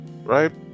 right